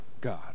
God